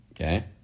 Okay